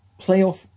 playoff